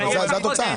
אבל זו התוצאה.